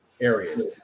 areas